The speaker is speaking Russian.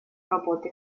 работы